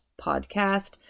Podcast